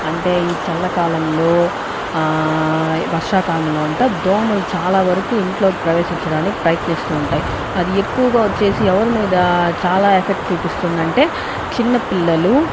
అంటే ఈ చల్లకాలంలో వర్షాకాలంలో అంటే దోమలు చాలా వరకూ ఇంట్లోకి ప్రవేశించడానికి ప్రయత్నిస్తూ ఉంటాయి అది ఎక్కువగా వచ్చేసి ఎవరి మీద చాలా ఎఫెక్ట్ చూపిస్తుంది అంటే చిన్నపిల్లలు